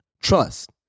Trust